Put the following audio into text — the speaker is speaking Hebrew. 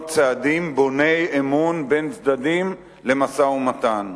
צעדים בוני אמון בין צדדים למשא-ומתן.